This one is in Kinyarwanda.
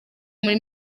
muri